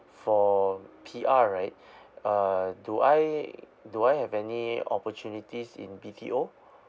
for P_R right uh do I do I have any opportunities in B_T_O